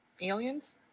Aliens